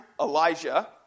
Elijah